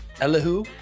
Elihu